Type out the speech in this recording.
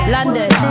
London